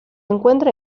encuentra